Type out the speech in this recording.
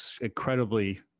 incredibly